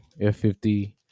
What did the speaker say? F50